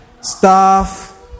staff